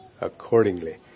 accordingly